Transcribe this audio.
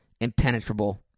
Impenetrable